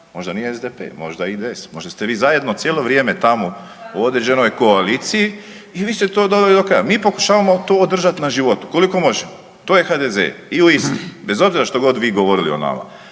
možda nije SDP, možda IDS, možda ste vi zajedno cijelo vrijeme tamo u određenoj koaliciji ili ste to doveli do kraja. Mi pokušavamo to održat na životu koliko možemo, to je HDZ i u Istri bez obzira što god vi govorili o nama.